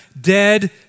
dead